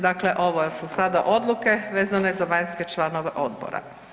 Dakle ovo su sada odluke vezane za vanjske članove odbora.